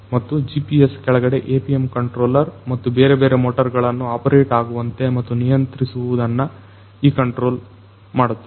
ಮತ್ತು GPS ಕೆಳಗಡೆ APM controller ಮತ್ತು ಬೇರೆ ಬೇರೆ ಮೋಟರ್ ಗಳನ್ನು ಆಪರೇಟ್ ಆಗುವಂತೆ ಅಥವಾ ನಿಯಂತ್ರಿಸುವುದನ್ನು ಈ ಕಂಟ್ರೋಲರ್ ಮಾಡುತ್ತದೆ